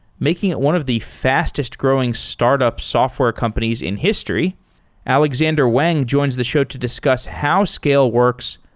making it one of the fastest growing startup software companies in history alexandr wang joins the show to discuss how scale works,